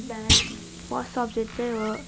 बिहान first subject चाहिँ हो